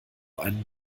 einen